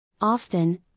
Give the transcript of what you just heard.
Often